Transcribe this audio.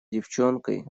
девчонкой